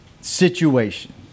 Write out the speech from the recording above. situation